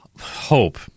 hope